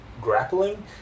grappling